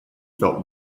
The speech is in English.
felt